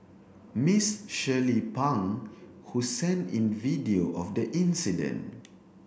Ms Shirley Pang who sent in video of the incident